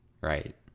right